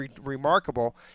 remarkable